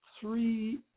three